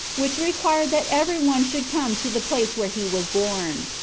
which re quired that every one should come to the place where he was born.